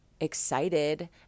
excited